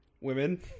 women